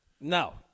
No